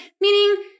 meaning